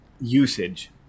usage